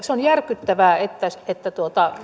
se on järkyttävää että